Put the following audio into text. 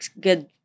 good